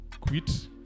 Quit